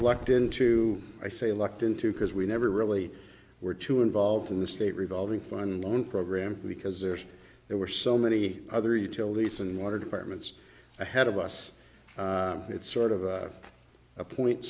lucked into i say lucked into because we never really were too involved in the state revolving fun program because there's there were so many other utilities and water departments ahead of us it's sort of a point